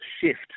shift